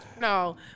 No